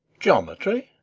geometry?